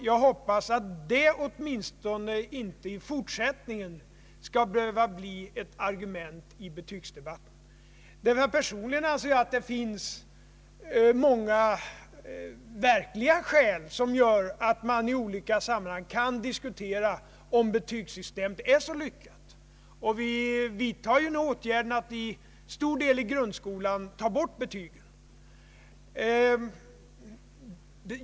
Jag hoppas också att missuppfattningen åtminstone inte i fortsättningen skall behöva bli ett argument i betygsdebatten. Personligen anser jag att det finns många skäl som gör att man i olika sammanhang kan diskutera om betygsystemet är så lyckat. Vi genomför ju nu också den ändringen att vi slopar betygen i en stor del av grundskolan.